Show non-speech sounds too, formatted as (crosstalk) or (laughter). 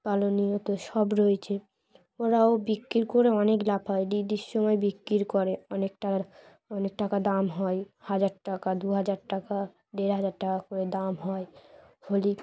(unintelligible) সব রয়েছে ওরাও বিক্রি করে অনেক লাভ হয় দি (unintelligible) সময় বিক্রি করে অনেক টাকা অনেক টাকা দাম হয় হাজার টাকা দু হাজার টাকা দেড় হাজার টাকা করে দাম হয় হলে